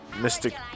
Mystic